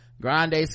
grande